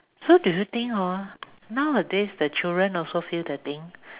so do you think hor nowadays the children also feel the thing